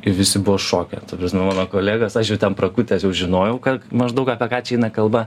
ir visi buvo šoke ta prasme mano kolegos aš jau ten prakutęs jau žinojau k maždaug apie ką čia eina kalba